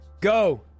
go